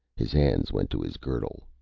his hands went to his girdle,